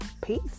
Peace